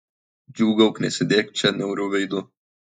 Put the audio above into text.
džiūgauk nesėdėk čia niauriu veidu